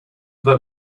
their